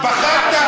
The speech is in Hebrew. לא, אני